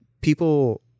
people